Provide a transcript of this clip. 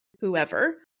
whoever